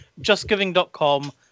justgiving.com